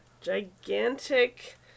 gigantic